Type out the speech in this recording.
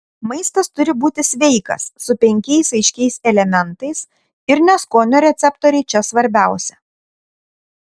maistas turi būti sveikas su penkiais aiškiais elementais ir ne skonio receptoriai čia svarbiausia